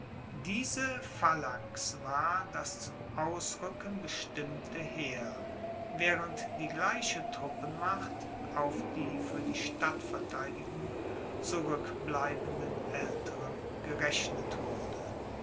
diese phalanx war das zum ausruecken bestimmte heer waehrend die gleiche truppenmacht auf die fuer die stadtverteidigung zurueckbleibenden aelteren gerechnet wurde